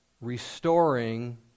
restoring